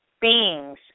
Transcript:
beings